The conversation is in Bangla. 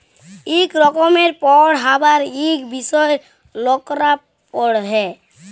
ইক রকমের পড়্হাবার ইক বিষয় লকরা পড়হে